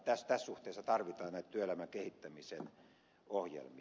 tässä suhteessa tarvitaan näitä työelämän kehittämisen ohjelmia